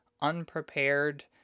unprepared